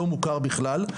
לא מוכר בכלל,